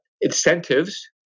incentives